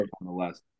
nonetheless